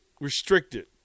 restricted